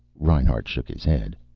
reinhart shook his head.